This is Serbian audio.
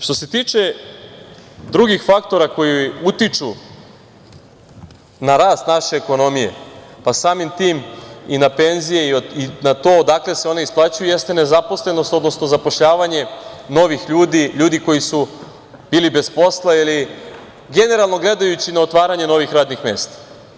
Što se tiče drugih faktora koji utiču na rast naše ekonomije, samim tim i na penzije i na to odakle se one isplaćuju, jeste nezaposlenost, odnosno zapošljavanje novih ljudi, ljudi koji su bili bez posla ili generalno gledajući, na otvaranje novih radnih mesta.